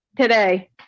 today